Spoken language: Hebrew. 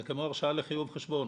זה כמו הרשאה לחיוב חשבון.